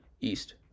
East